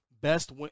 best